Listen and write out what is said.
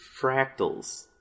fractals